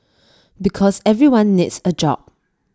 because everyone needs A job